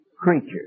creatures